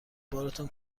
بارتان